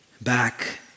back